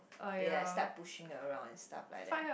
they like start pushing around and stuff like that